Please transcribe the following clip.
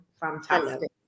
fantastic